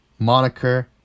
moniker